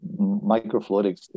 microfluidics